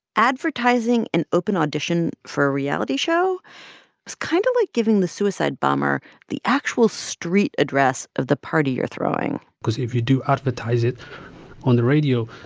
advertising an open audition for a reality show was kind of like giving the suicide bomber the actual street address of the party you're throwing because if you do advertise it on the radio,